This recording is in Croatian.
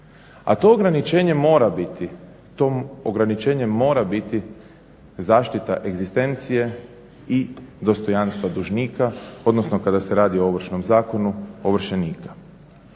A to ograničenje mora biti zaštita egzistencije i dostojanstva dužnika, odnosno kada se radi o Ovršnom zakonu ovršenika.